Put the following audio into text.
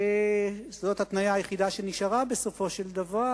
שזאת ההתניה היחידה שנשארה בסופו של דבר,